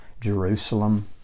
Jerusalem